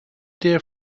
dear